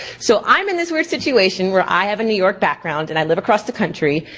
so i'm in this weird situation where i have a new york background and i live across the country.